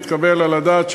מתקבל על הדעת,